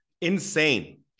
insane